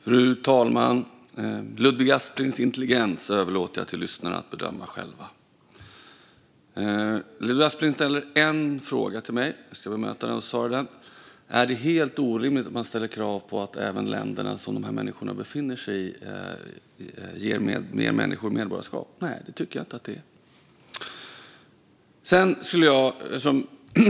Fru talman! Ludvig Aspling intelligens överlåter jag till lyssnarna att bedöma själva. Ludvig Aspling ställer en fråga till mig. Jag ska bemöta den och besvara den. Är det helt orimligt att man ställer krav på att även länderna som de här människorna befinner sig i ger fler människor medborgarskap? Nej, det tycker jag inte att det är.